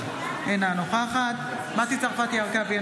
אינה נוכחת מטי צרפתי הרכבי,